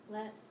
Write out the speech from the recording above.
Let